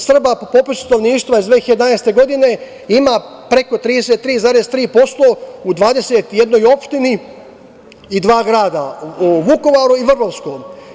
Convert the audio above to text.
Srba po popisu stanovništva iz 2011. godine ima preko 33,3% u 21 opštini i dva grada, u Vukovaru i Vrbovskom.